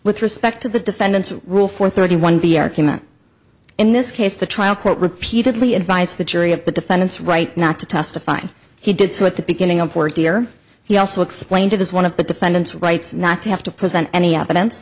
with respect to the defendant's rule for thirty one b argument in this case the trial court repeatedly advised the jury of the defendant's right not to testify and he did so at the beginning of forty or he also explained it as one of the defendant's rights not to have to present any evidence